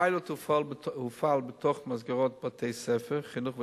הפיילוט הופעל בתוך מסגרות בתי-ספר, חינוך ותמ"ת,